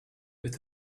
with